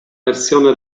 versione